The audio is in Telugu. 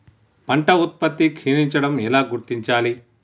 పంట ఉత్పత్తి క్షీణించడం ఎలా గుర్తించాలి?